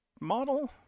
model